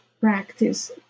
practice